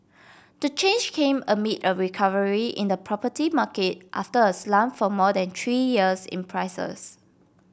the change came amid a recovery in the property market after a slump for more than three years in prices